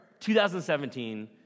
2017